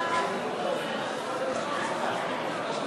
חוק